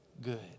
Good